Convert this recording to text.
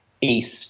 east –